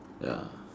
ya